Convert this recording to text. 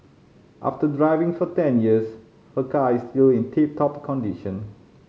after driving for ten years her car is still in tip top condition